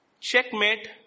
Checkmate